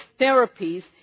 therapies